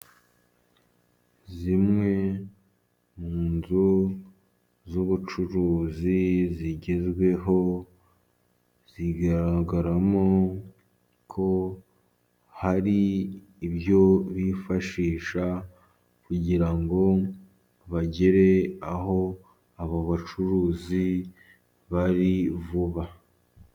Zimwe mu nzu z'ubucuruzi zigezweho, zigaragaramo ko hari ibyo bifashisha, kugira ngo bagere aho abo bacuruzi bari vuba.